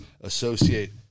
associate